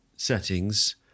Settings